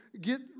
get